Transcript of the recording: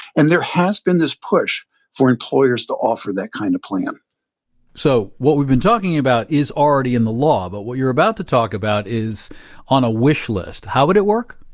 and there has been this push for employers to offer that kind of plan so what we've been talking about is already in the law, but what you're about to talk about is on a wish list, how would it work?